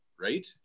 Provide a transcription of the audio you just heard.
right